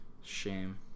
Shame